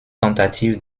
tentatives